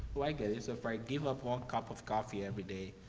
oh i get it. so if i give up one cup of coffee every day, ah,